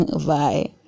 Bye